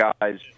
guys